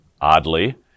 oddly